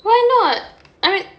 why not I mea~